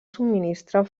subministrar